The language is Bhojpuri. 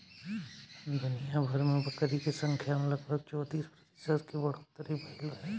दुनियाभर में बकरी के संख्या में लगभग चौंतीस प्रतिशत के बढ़ोतरी भईल रहे